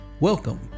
Welcome